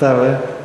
אתה רואה,